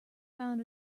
found